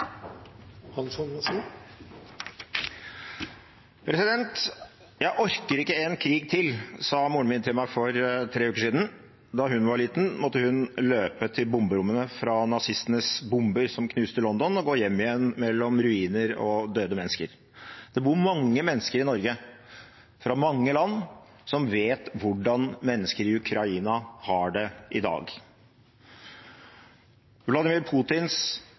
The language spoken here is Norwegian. Jeg orker ikke en krig til, sa moren min til meg for tre uker siden. Da hun var liten, måtte hun løpe til bomberommene fra nazistenes bomber som knuste London, og gå hjem igjen mellom ruiner og døde mennesker. Det bor mange mennesker i Norge, fra mange land, som vet hvordan mennesker i Ukraina har det i dag.